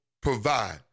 provide